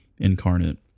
incarnate